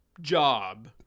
job